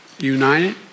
united